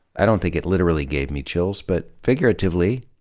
i don't think it literally gave me chills but figuratively.